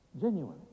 genuine